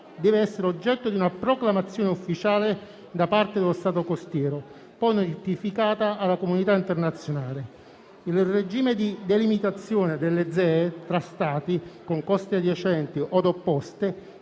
deve essere oggetto di una proclamazione ufficiale da parte dello Stato costiero, poi notificata alla comunità internazionale. Il regime di delimitazione delle ZEE tra Stati con coste adiacenti od opposte,